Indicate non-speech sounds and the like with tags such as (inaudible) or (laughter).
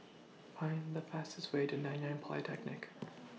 Find The fastest Way to Nanyang Polytechnic (noise)